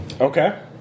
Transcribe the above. Okay